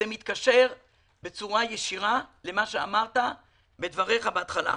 וזה מתקשר בצורה ישירה למה שאמרת בדבריך בהתחלה.